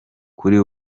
kuri